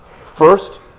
First